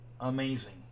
amazing